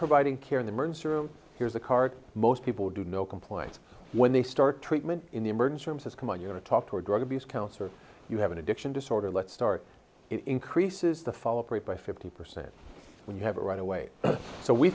providing care in the emergency room here's a card most people do no complains when they start treatment in the emergency room says come on you know to talk to a drug abuse counselor you have an addiction disorder let's start it increases the fall of rape by fifty percent when you have it right away so we